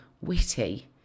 witty